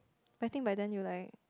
I think by then you like